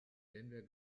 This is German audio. denver